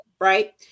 right